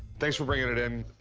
thanks for bringing it in.